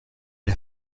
der